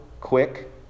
quick